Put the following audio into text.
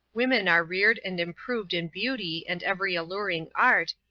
women are reared and improved in beauty and every alluring art,